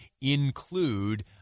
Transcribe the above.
include